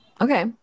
okay